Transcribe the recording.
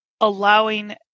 allowing